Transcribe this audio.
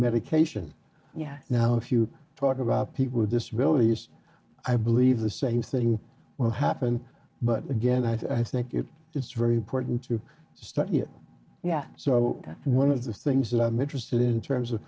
medication yeah now if you talk about people with disabilities i believe the same thing will happen but again i think it it's very important to study it yeah so one of the things i'm interested in terms of